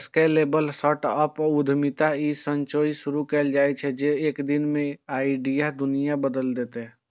scalable startup उद्यमिता ई सोचसं शुरू कैल जाइ छै, जे एक दिन ई आइडिया दुनिया बदलि देतै